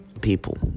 people